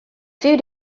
few